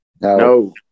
No